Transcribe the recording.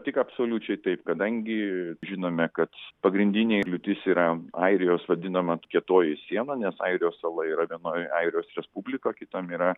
tik absoliučiai taip kadangi žinome kad pagrindinė kliūtis yra airijos vadinama kietoji siena nes airijos sala yra vienoj airijos respublika o kitam yra